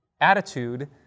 attitude